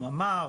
או ממ"ר,